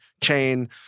chain